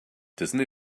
doesn’t